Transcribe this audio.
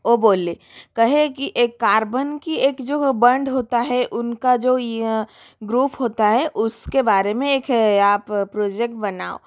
वह बोले कहे कि एक कार्बन की एक जो बंड होता है उनका जो ग्रोफ होता है उसके बारे में एक है आप प्रोजेक्ट बनाओ